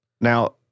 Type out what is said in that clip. Now